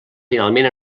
finalment